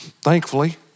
Thankfully